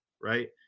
Right